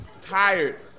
tired